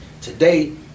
today